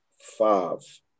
five